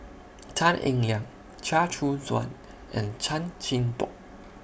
Tan Eng Liang Chia Choo Suan and Chan Chin Bock